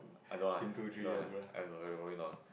I don't want ah I don't want ah I probably not lah